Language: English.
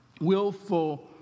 willful